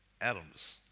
atoms